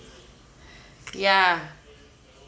ya